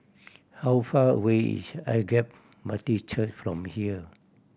how far away is Agape Baptist Church from here